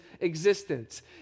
existence